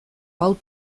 hau